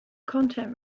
content